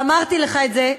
ואמרתי לך את זה,